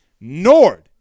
Nord